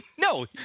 No